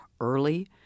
early